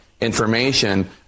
information